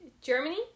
Germany